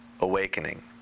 awakening